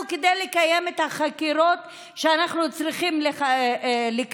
כדי לקיים את החקירות שאנחנו צריכים לקיים.